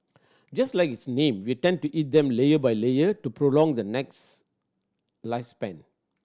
just like its name we tend to eat them layer by layer to prolong the lifespan